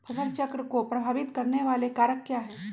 फसल चक्र को प्रभावित करने वाले कारक क्या है?